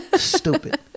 stupid